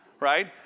right